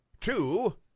two